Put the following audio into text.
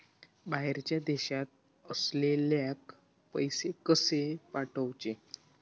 बाहेरच्या देशात असलेल्याक पैसे कसे पाठवचे?